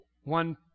one